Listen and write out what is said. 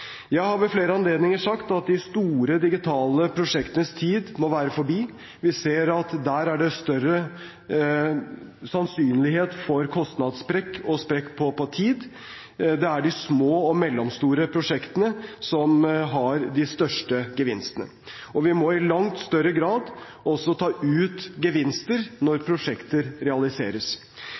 Jeg har ved flere anledninger sagt at de store digitale prosjektenes tid må være forbi. Vi ser at der er det større sannsynlighet for kostnadssprekk og sprekk på tid. Det er de små og mellomstore prosjektene som har de største gevinstene. Vi må i langt større grad også ta ut gevinster når prosjekter realiseres.